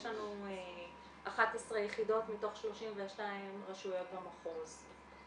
יש לנו 11 יחידות מתוך 32 רשויות במחוז.